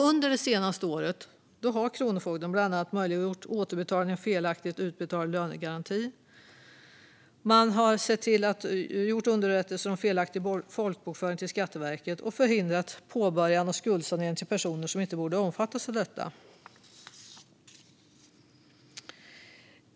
Under det senaste året har Kronofogden bland annat möjliggjort återbetalning av felaktigt utbetald lönegaranti, gjort underrättelser om felaktig folkbokföring till Skatteverket samt förhindrat påbörjan av skuldsanering till personer som inte borde omfattas av detta.